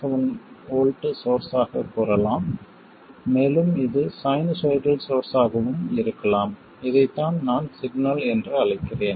7 V source ஆகக் கூறலாம் மேலும் இது சைனூசாய்டல் சோர்ஸ் ஆகவும் இருக்கலாம் இதைத்தான் நான் சிக்னல் என்று அழைக்கிறேன்